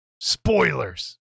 spoilers